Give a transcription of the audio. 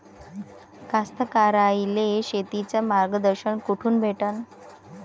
कास्तकाराइले शेतीचं मार्गदर्शन कुठून भेटन?